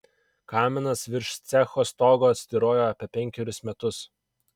kaminas virš cecho stogo styrojo apie penkerius metrus